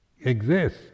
exist